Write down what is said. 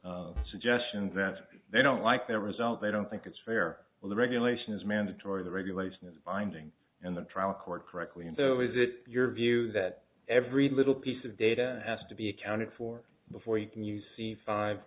that they don't like that result they don't think it's fair well the regulation is mandatory the regulation is binding and the trial court correctly and so is it your view that every little piece of data has to be accounted for before you can use c five